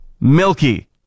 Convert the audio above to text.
Milky